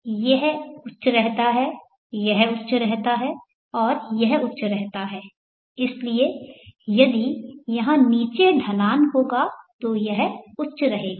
तो यह उच्च रहता है यह उच्च रहता है और यह उच्च रहता है इसलिए यदि यहां नीचे ढलान होगातो यह उच्च रहेगा